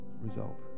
result